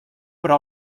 però